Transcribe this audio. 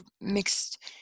mixed